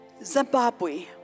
Zimbabwe